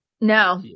no